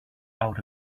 out